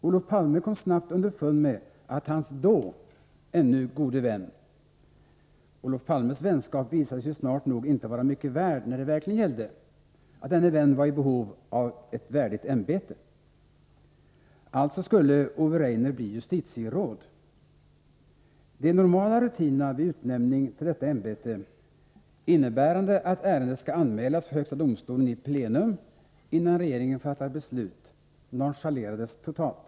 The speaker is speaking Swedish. Olof Palme kom snabbt underfund med att hans då ännu gode vän — Olof Palmes vänskap visade sig ju snart nog inte vara mycket värd när det verkligen gällde — var i behov av ett värdigt ämbete. Alltså skulle Ove Rainer bli justitieråd. De normala rutinerna vid utnämning till detta ämbete, innebärande att ärendet skall anmälas för högsta domstolen i plenum innan regeringen fattar beslut, nonchalerades totalt.